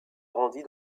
grandit